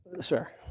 sure